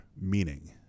meaning